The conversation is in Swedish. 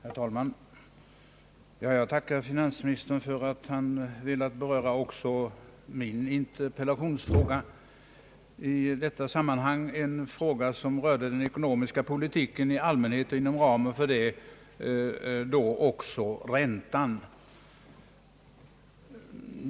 Herr talman! Jag tackar finansministern för att han i detta sammanhang velat beröra också min interpellation rörande den ekonomiska politiken i allmänhet och inom ramen för den även räntan.